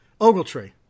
Ogletree